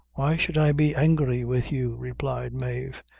why should i be angry with you? replied mave,